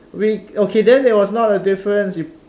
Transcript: we okay then there was not a difference you